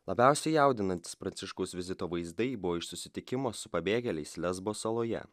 labiausiai jaudinantys pranciškaus vizito vaizdai buvo iš susitikimo su pabėgėliais lesbo saloje